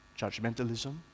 Judgmentalism